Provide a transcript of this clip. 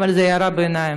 אבל זאת הערת ביניים.